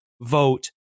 vote